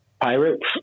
pirates